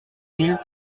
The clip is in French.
mille